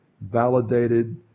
Validated